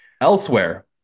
Elsewhere